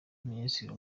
minisitiri